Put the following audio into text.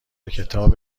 کتاب